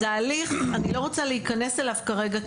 אז ההליך אני לא רוצה להיכנס אליו כרגע,